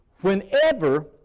Whenever